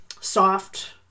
soft